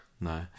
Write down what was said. no